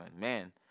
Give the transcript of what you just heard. Man